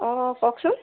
অঁ কওকচোন